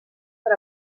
per